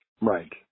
Right